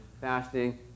fasting